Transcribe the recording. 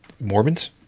Mormons